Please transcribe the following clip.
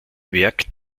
werk